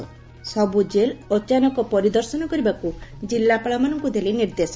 ସବୂ jail ଅଚାନକ ପରିଦର୍ଶନ କରିବାକୁ ଜିଲ୍ଲାପାଳମାନଙ୍କୁ ଦେଲେ ନିର୍ଦ୍ଦେଶ